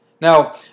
Now